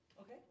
Okay